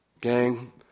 Gang